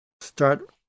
start